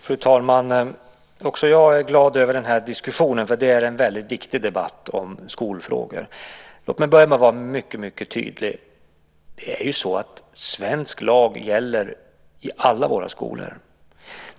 Fru talman! Också jag är glad över den här diskussionen, för det är en väldigt viktig debatt om skolfrågor. Låt mig börja med att vara mycket tydlig med att svensk lag gäller i alla våra skolor.